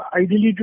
Ideally